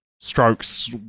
strokes